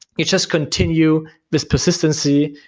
it just continue this persistency,